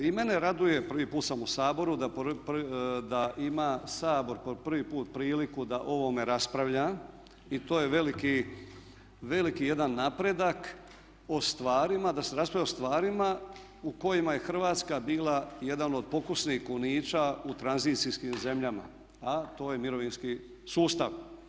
I mene raduje, prvi put sam u Saboru, da ima Sabor po prvi put priliku da o ovome raspravlja i to je veliki jedan napredak o stvarima, da se raspravlja o stvarima u kojima je Hrvatska bila jedan od pokusnih kunića u tranzicijskim zemljama, a to je mirovinski sustav.